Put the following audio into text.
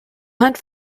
hunt